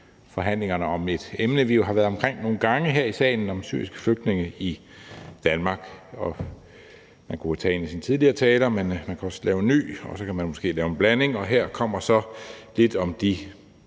forhandlinger om et emne, vi jo har været omkring nogle gange her i salen, nemlig om de syriske flygtninge i Danmark. Man kunne jo tage en af sine tidligere taler, men man kan også lave en ny, og så kan man måske lave en blanding af de to, og her kommer så lidt om de